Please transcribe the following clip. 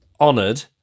honoured